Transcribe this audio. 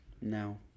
no